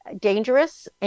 dangerous